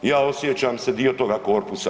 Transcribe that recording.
Ja osjećam se dio toga korpusa.